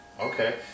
Okay